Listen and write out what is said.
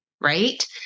Right